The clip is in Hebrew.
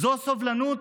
זאת סובלנות?